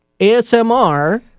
ASMR